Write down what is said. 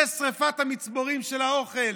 זה שרפת המצבורים של האוכל,